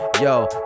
Yo